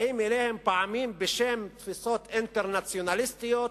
באים אליהן פעמים בשם תפיסות אינטרנציונליסטיות,